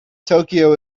tokyo